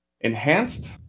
Enhanced